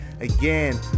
Again